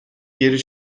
geri